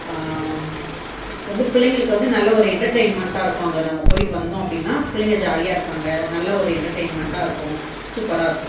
next வந்து பிள்ளைங்களுக்கு வந்து நல்லா ஒரு என்டர்ட்ரைன்மெண்ட்டாக இருக்கும் அங்கே நம்ம போய்ட்டு வந்தோம் அப்படின்னா பிள்ளைங்கள் ஜாலியாக இருப்பாங்கள் நல்ல ஒரு என்டர்ட்ரைன்மெண்ட்டாக இருக்கும் சூப்பராக இருக்கும்